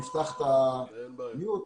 בוקר טוב.